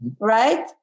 right